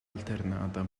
alternata